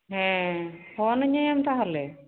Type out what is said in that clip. ᱦᱮᱸ ᱯᱷᱳᱱᱟᱹᱧᱟᱭᱮᱢ ᱛᱟᱦᱚᱞᱮ